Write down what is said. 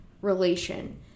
relation